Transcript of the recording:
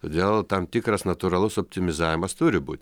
todėl tam tikras natūralus optimizavimas turi būt